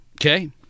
Okay